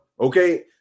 Okay